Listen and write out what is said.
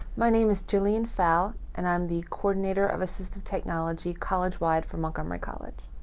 my name is jillian pfau and i'm the coordinator of assistive technology college wide for montgomery college.